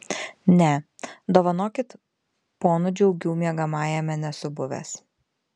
ne dovanokit ponų džiaugių miegamajame nesu buvęs